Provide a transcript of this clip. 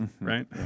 right